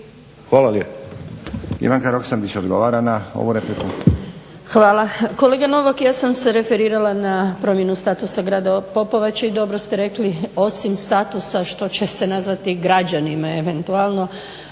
ovu repliku. **Roksandić, Ivanka (HDZ)** Hvala. Kolega Novak ja sam se referirala na promjenu statusa grada Popovače i dobro ste rekli osim statusa što će se nazvati građanima eventualno,